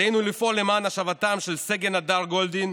עלינו לפעול למען השבתם של סגן הדר גולדין,